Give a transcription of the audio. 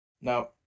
Now